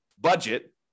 budget